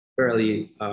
fairly